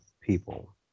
people